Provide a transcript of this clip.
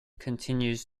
continues